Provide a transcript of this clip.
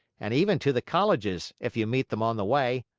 and even to the colleges if you meet them on the way.